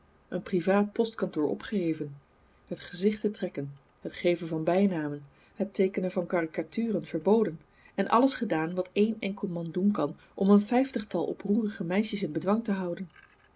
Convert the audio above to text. een privaat postkantoor opgeheven het gezichten trekken het geven van bijnamen het teekenen van caricaturen verboden en alles gedaan wat één enkel man doen kan om een vijftigtal oproerige meisjes in bedwang te houden